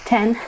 Ten